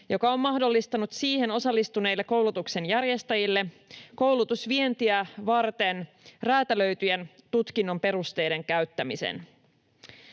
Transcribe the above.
joka on mahdollistanut siihen osallistuneille koulutuksen järjestäjille koulutusvientiä varten räätälöityjen tutkinnon perusteiden käyttämisen.